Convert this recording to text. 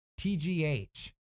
TGH